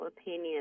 opinion